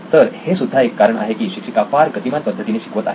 तर हे सुद्धा एक कारण आहे की शिक्षिका फार गतिमान पद्धतीने शिकवत आहेत